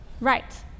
Right